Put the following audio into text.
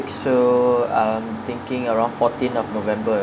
so I'm thinking around fourteen of november